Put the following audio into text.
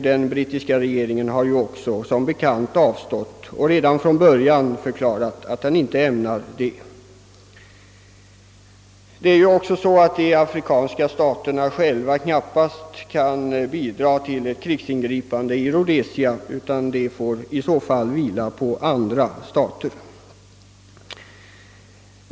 Den brittiska regeringen har som bekant också redan från början förklarat sig vilja avstå från sådana åtgärder. De afrikanska staterna kan ju själva knappast bidra vid ett krigsingripande i Rhodesia, utan detta skulle helt få vila på andra stater.